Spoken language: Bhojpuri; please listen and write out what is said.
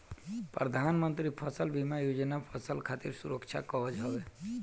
प्रधानमंत्री फसल बीमा योजना फसल खातिर सुरक्षा कवच हवे